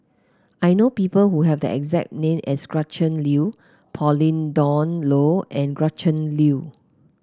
I know people who have the exact name as Gretchen Liu Pauline Dawn Loh and Gretchen Liu